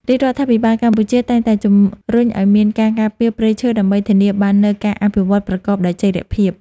រាជរដ្ឋាភិបាលកម្ពុជាតែងតែជំរុញឱ្យមានការការពារព្រៃឈើដើម្បីធានាបាននូវការអភិវឌ្ឍប្រកបដោយចីរភាព។